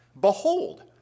Behold